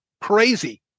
crazy